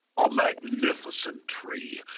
a magnificent tree!